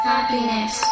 Happiness